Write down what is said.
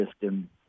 system